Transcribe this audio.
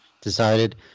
decided